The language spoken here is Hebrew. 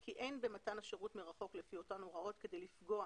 כי אין במתן השירות מרחוק לפי אותן הוראות כדי לפגוע